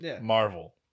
Marvel